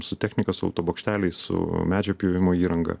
su technika su autobokšteliais su medžio pjovimo įranga